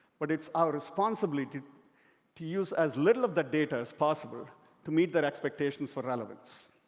but it's our responsibility to use as little of that data as possible to meet their expectations for relevance